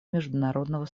международного